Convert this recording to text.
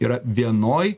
yra vienoj